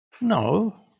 No